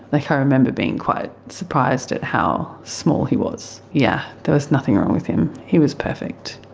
like i remember being quite surprised at how small he was. yeah there was nothing wrong with him. he was perfect.